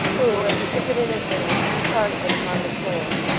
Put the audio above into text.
who, as he took it in his hand, threw part of it upon the floor.